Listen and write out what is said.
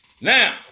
Now